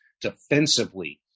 defensively